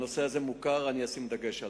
הנושא הזה מוכר, אני אשים עליו דגש.